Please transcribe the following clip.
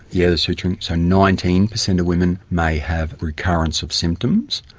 yeah the suturing, so nineteen percent of women may have recurrence of symptoms.